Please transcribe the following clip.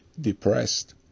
depressed